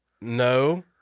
no